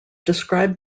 described